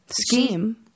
scheme